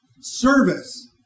Service